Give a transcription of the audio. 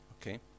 Okay